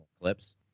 clips